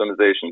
optimization